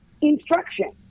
instruction